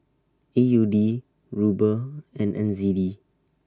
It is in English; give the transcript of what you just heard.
A U D Ruble and N Z D